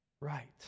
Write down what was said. Right